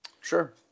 Sure